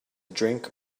drink